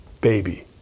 baby